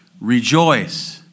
Rejoice